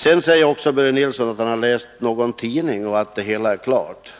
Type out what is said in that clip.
Sedan säger Börje Nilsson att han läst i någon tidning att det hela är klart.